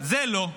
זה לא.